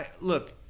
Look